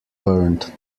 burnt